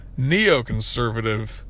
neoconservative